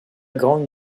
grande